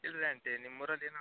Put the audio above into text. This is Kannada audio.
ಇಲ್ರಿ ಆಂಟಿ ನಿಮ್ಮೂರಲ್ಲಿ ಏನೋ